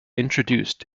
introduced